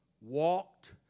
walked